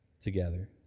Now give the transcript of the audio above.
together